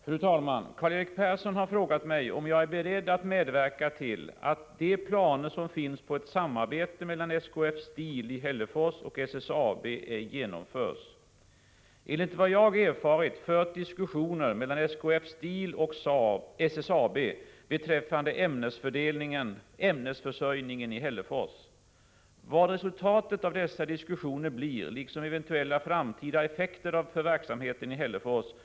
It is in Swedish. Fru talman! Karl-Erik Persson har frågat mig om jag är beredd att medverka till att de planer som finns på ett samarbete mellan SKF Steel i Hällefors och SSAB ej genomförs. ä Enligt vad jag erfarit förs diskussioner mellan SKF Steel och SSAB beträffande ämnesförsörjningen i Hällefors. Vad resultatet av dessa diskus sioner blir liksom eventuella framtida effekter för verksamheten i Hällefors Prot.